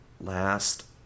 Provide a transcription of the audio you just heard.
last